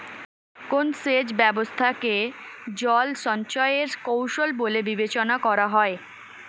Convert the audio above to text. কোন সেচ ব্যবস্থা কে জল সঞ্চয় এর কৌশল বলে বিবেচনা করা হয়?